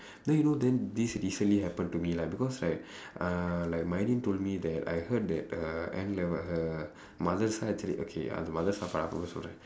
then you know then this recently happen to me lah because like uh told me that I heard that uh N level her mother side actually okay the mother also right